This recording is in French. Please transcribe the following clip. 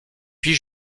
puis